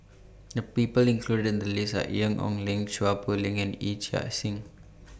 The People included in The list Are Ian Ong Li Chua Poh Leng and Yee Chia Hsing